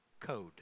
code